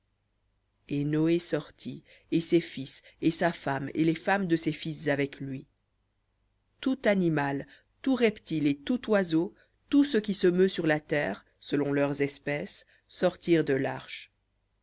et noé sortit et ses fils et sa femme et les femmes de ses fils avec lui tout animal tout reptile et tout oiseau tout ce qui se meut sur la terre selon leurs espèces sortirent de l'arche